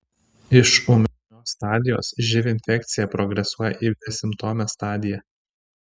iš ūmios stadijos živ infekcija progresuoja į besimptomę stadiją